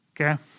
Okay